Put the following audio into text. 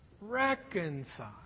Reconcile